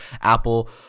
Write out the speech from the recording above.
Apple